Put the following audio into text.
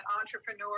entrepreneur